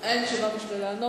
אין תשובה בשביל לענות.